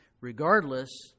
Regardless